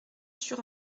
sur